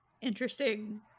interesting